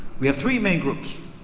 we have three main groups.